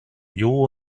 you